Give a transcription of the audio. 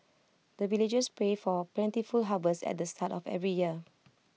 the villagers pray for plentiful harvest at the start of every year